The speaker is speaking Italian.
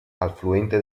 affluente